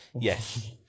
Yes